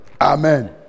Amen